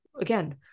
again